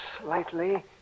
slightly